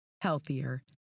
healthier